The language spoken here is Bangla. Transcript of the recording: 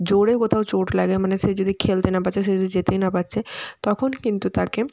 জোরে কোথাও চোট লাগে মানে সে যদি খেলতে না পারছে সে যদি যেতেই না পারছে তখন কিন্তু তাকে